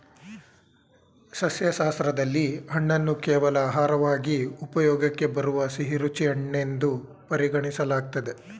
ಸಸ್ಯಶಾಸ್ತ್ರದಲ್ಲಿ ಹಣ್ಣನ್ನು ಕೇವಲ ಆಹಾರವಾಗಿ ಉಪಯೋಗಕ್ಕೆ ಬರುವ ಸಿಹಿರುಚಿ ಹಣ್ಣೆನ್ದು ಪರಿಗಣಿಸಲಾಗ್ತದೆ